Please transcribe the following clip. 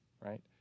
Right